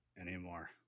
anymore